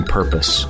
Purpose